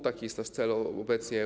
Taki jest nasz cel obecnie.